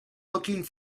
looking